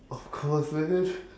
of course